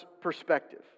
perspective